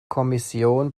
kommission